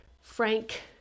Frank